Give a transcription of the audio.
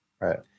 Right